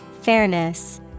Fairness